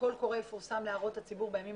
הקול קורא יפורסם להערות הציבור בימים